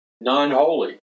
non-holy